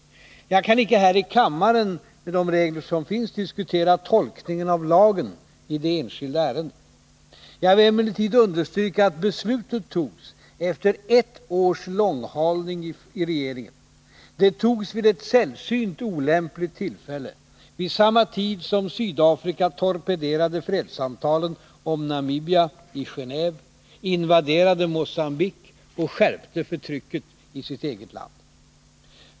Jag kan icke här i kammaren, med de regler som gäller, diskutera tolkningen av lagen i det aktuella ärendet. Jag vill emellertid understryka att beslutet togs efter ett års långhalning i regeringen. Beslutet togs vid ett sällsynt olämpligt tillfälle, nämligen vid samma tid som Sydafrika torpederade fredssamtalen om Namibia i Geneve, invaderade Mogambique och skärpte förtrycket i sitt eget land.